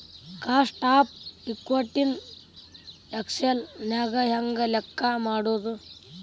Cost of equity ನ Excel ನ್ಯಾಗ ಹೆಂಗ್ ಲೆಕ್ಕಾ ಮಾಡೊದು?